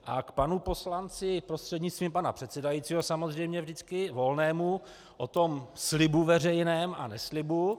A k panu poslanci, prostřednictvím pana předsedajícího samozřejmě vždycky, Volnému, o tom slibu veřejném a neslibu.